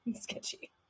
sketchy